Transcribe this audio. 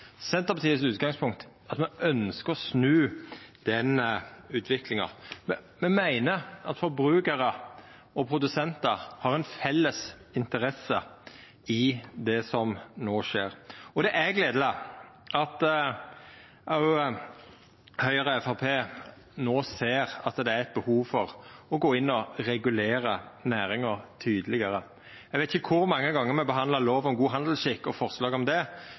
Senterpartiets utgangspunkt er at me ønskjer å snu den utviklinga. Me meiner at forbrukarar og produsentar har ei felles interesse i det som no skjer, og det er gledeleg at òg Høgre og Framstegspartiet no ser at det er behov for å gå inn og regulera næringa tydelegare. Eg veit ikkje kor mange gonger me har behandla lov om god handelsskikk og forslag om det